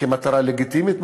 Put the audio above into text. כמטרה לגיטימית.